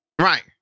Right